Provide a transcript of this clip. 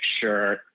sure